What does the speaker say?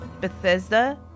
Bethesda